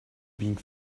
being